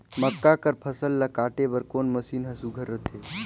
मक्का कर फसल ला काटे बर कोन मशीन ह सुघ्घर रथे?